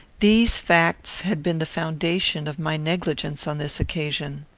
these facts had been the foundation of my negligence on this occasion.